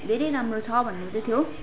धेरै राम्रो छ भन्नु हुँदै थियो